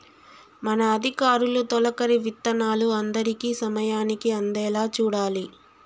మన అధికారులు తొలకరి విత్తనాలు అందరికీ సమయానికి అందేలా చూడాలి